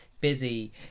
busy